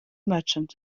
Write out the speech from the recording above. merchant